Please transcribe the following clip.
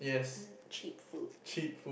cheap food